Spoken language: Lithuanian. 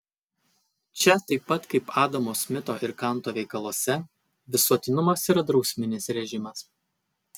čia taip pat kaip adamo smito ir kanto veikaluose visuotinumas yra drausminis režimas